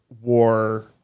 war